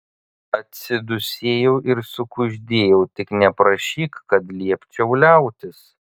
atsidūsėjau ir sukuždėjau tik neprašyk kad liepčiau liautis